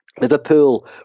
Liverpool